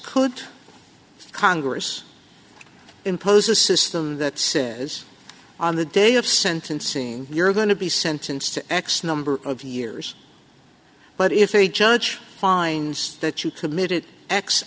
could congress impose a system that says on the day of sentencing you're going to be sentenced to x number of years but if the judge finds that you committed